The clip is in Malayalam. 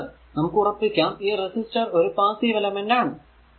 അതിനാൽ നമുക്ക് ഉറപ്പിക്കാം ഈ റെസിസ്റ്റർ ഒരു പാസ്സീവ് എലെമെന്റ് ആണ്